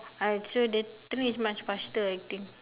uh so the train is much faster I think